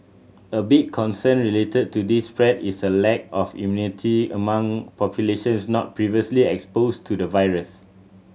a big concern related to this spread is a lack of immunity among populations not previously exposed to the virus